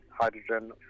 hydrogen